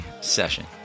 session